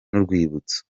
n’urwibutso